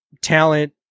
talent